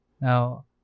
Now